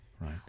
right